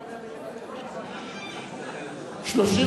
אדוני היושב-ראש,